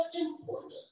important